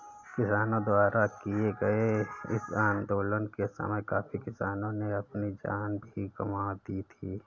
किसानों द्वारा किए गए इस आंदोलन के समय काफी किसानों ने अपनी जान भी गंवा दी थी